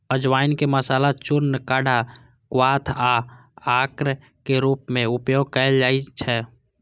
अजवाइन के मसाला, चूर्ण, काढ़ा, क्वाथ आ अर्क के रूप मे उपयोग कैल जाइ छै